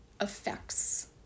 effects